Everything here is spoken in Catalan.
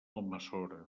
almassora